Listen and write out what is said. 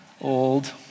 old